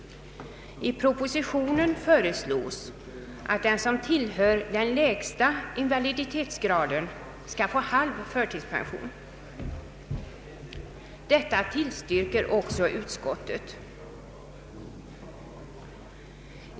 I propositionen föreslås att den som tillhör den lägsta invaliditetsgraden skall få halv förtidspension. Detta tillstyrker också utskottet.